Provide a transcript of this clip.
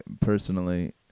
personally